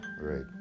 right